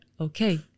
okay